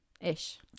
Ish